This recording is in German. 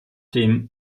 dem